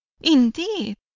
Indeed